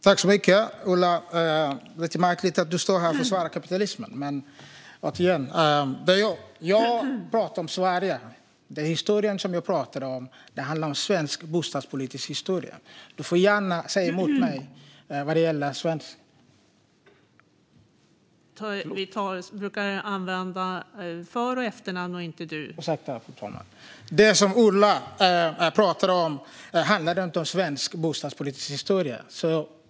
Fru talman! Det är märkligt att du står här och försvarar kapitalismen, Ola. Återigen: Jag pratade om Sverige. Den historia jag pratade om handlade om svensk bostadspolitisk historia. Du får gärna säga emot mig vad gäller svensk . Ursäkta, fru talman! Det som Ola pratade om handlade inte om svensk bostadspolitisk historia.